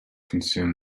consume